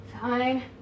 Fine